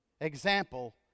example